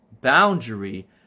boundary